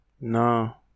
No